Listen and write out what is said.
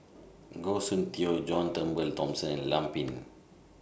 Goh Soon Tioe John Turnbull Thomson and Lam Pin Min